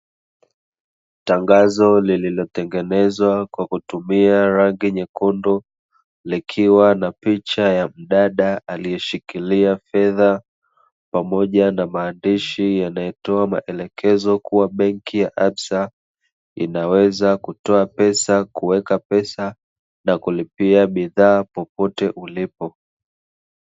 Tangazo lililotengenezwa kwa kutumia rangi nyekundu likiwa na picha ya mdada aliyeshikilia fedha, pamoja na maandishi yanayotoa maelekezo kuwa benki ya 'absa' ina uwezo wa kutoa pesa kuweka pesa na kulipia bidhaa popote ulipo.